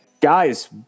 guys